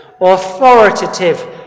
authoritative